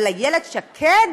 אבל איילת שקד